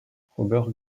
robert